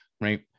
Right